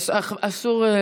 אסור.